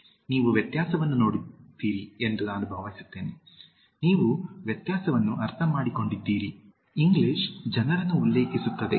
ನೀವು ವ್ಯತ್ಯಾಸವನ್ನು ನೋಡುತ್ತೀರಿ ಎಂದು ನಾನು ಭಾವಿಸುತ್ತೇನೆ ನೀವು ವ್ಯತ್ಯಾಸವನ್ನು ಅರ್ಥಮಾಡಿಕೊಂಡಿದ್ದೀರಿ ಇಂಗ್ಲಿಷ್ ಜನರನ್ನು ಉಲ್ಲೇಖಿಸುತ್ತದೆ